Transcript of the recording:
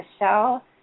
Michelle